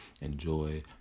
Enjoy